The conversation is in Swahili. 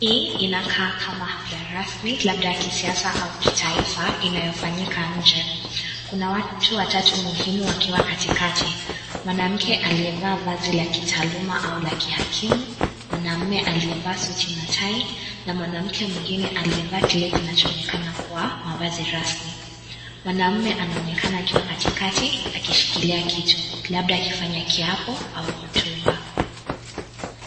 Hii Inakaa kama hafla rasmi labda ya kisiasa au kitaifa inayofanyika nje, kuna watu watatu muhimu wakiwa katikati , mwanamke aliyevaa vazi la kitaaluma au la kihakimu mwanaume aliyevaa suti na tai na mwanamke mwingine aliyevaa kile kinachoonekana kuwa mavazi rasmi. Mwanamme anaonekana akiwa katikati akishikilia kitu labda akifanya kiapo au hotuba.